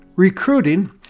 Recruiting